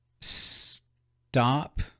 stop